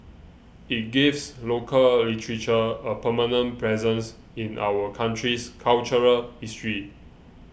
it gives local literature a permanent presence in our country's cultural history